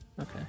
Okay